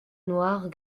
noirs